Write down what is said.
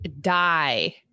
die